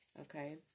okay